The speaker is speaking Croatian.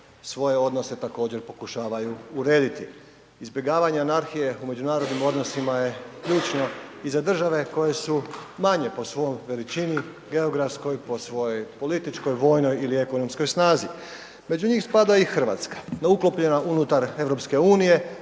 svoje odnose također pokušavaju urediti. Izbjegavanja anarhije u međunarodnim odnosima je ključno i za države koje su manje po svojoj veličini geografskoj, po svojoj političkoj, vojnoj ili ekonomskoj snazi, među njih spada i Hrvatska .../Govornik se